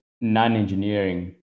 non-engineering